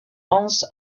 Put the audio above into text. hans